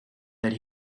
that